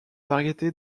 variété